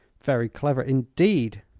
very clever, indeed.